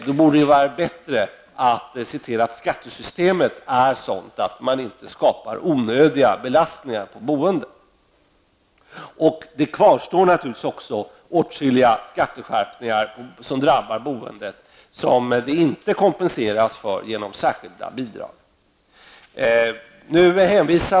Det borde vara bättre att se till att skattesystemet är sådant att det inte skapar några onödiga belastningar på boendet. Naturligtvis kvarstår åtskilliga skatteskärpningar som drabbar boendet och som inte kompenseras genom särskilda bidrag.